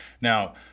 Now